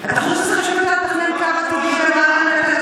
אתה חושב שזה חשוב יותר לתכנן קו עתידי בין רעננה לתל